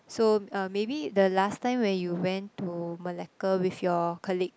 so uh maybe the last time where you went to Malacca with your colleague